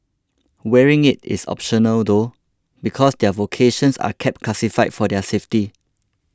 wearing it is optional though because their vocations are kept classified for their safety